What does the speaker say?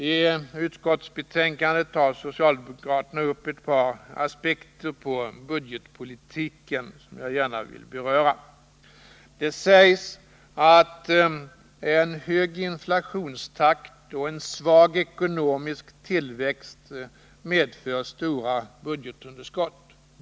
I reservation 6 tar socialdemokraterna upp ett par aspekter på budgetpolitiken som jag gärna vill beröra. Där sägs att en hög inflationstakt och en svag ekonomisk tillväxt medför stora budgetunderskott.